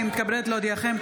אני מתכבדת להודיעכם,